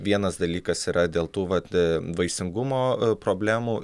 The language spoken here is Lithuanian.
vienas dalykas yra dėl tų vat vaisingumo problemų